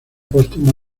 póstumo